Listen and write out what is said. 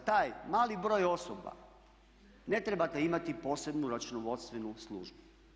Za taj mali broj osoba ne trebate imati posebnu računovodstvenu službu.